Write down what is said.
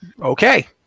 Okay